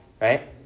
right